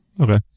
Okay